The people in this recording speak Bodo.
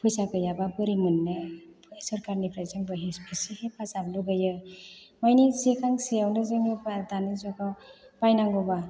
फैसा गैयाबा बोरै मोन्नो सोरखारनिफ्राय जोंबो एसे हेफाजाब लुबैयो माने जे गांसेयावनो जोङो दानि जुगाव बायनांगौबा